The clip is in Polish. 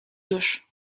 już